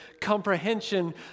comprehension